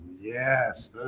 Yes